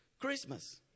Christmas